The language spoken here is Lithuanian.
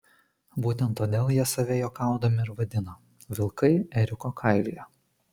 būtent todėl jie save juokaudami ir vadina vilkai ėriuko kailyje